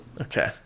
Okay